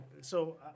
so-